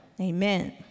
amen